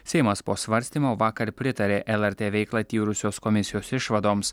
seimas po svarstymo vakar pritarė lrt veiklą tyrusios komisijos išvadoms